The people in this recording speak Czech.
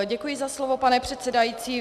Děkuji za slovo, pane předsedající.